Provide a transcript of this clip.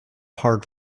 hard